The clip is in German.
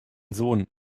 sohn